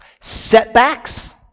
setbacks